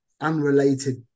unrelated